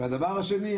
והדבר השני,